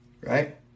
Right